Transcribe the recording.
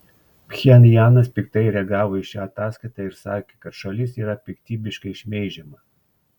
pchenjanas piktai reagavo į šią ataskaitą ir sakė kad šalis yra piktybiškai šmeižiama